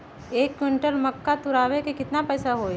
एक क्विंटल मक्का तुरावे के केतना पैसा होई?